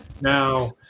Now